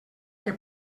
que